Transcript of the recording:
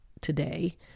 today